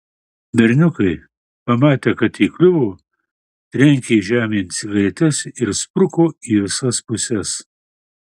berniukai pamatę kad įkliuvo trenkė žemėn cigaretes ir spruko į visas puses